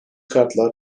kartlar